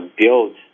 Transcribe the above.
build